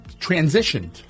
transitioned